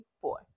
four